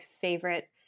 favorite